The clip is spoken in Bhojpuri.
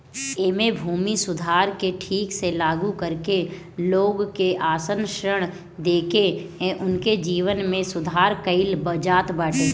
एमे भूमि सुधार के ठीक से लागू करके लोग के आसान ऋण देके उनके जीवन में सुधार कईल जात बाटे